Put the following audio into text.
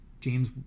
James